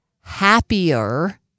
happier